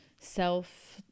self